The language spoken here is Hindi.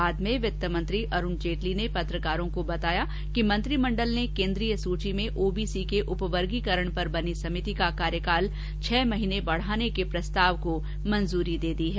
बाद में वित्त मंत्री अरूण जेटली ने बताया कि मंत्रिमंडल ने केन्द्रीय सूची में ओबीसी के उपवर्गीकरण पर बनी समिति का कार्यकाल छह महीने के लिए बढाने के प्रस्ताव को मंजूरी दी है